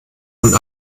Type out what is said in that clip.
und